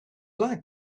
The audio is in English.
like